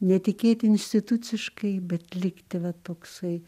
netikėti instituciškai bet likti vat toksai